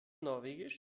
norwegisch